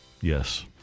Yes